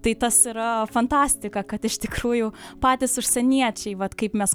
tai tas yra fantastika kad iš tikrųjų patys užsieniečiai vat kaip mes